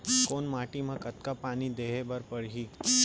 कोन माटी म कतका पानी देहे बर परहि?